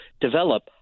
develop